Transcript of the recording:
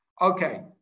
Okay